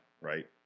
right